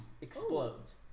explodes